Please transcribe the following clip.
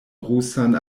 rusan